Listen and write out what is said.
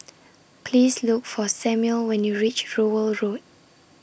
Please Look For Samuel when YOU REACH Rowell Road